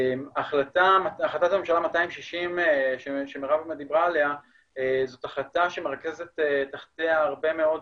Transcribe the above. החלטת ממשלה 260 שמרב דיברה עליה זו החלטה שמרכזת תחתיה הרבה מאוד